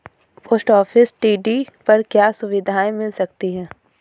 Post office TD पर क्या सुविधाएँ मिल सकती है?